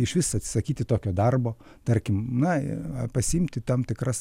išvis atsisakyti tokio darbo tarkim na pasiimti tam tikras